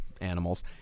animals